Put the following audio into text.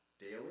Daily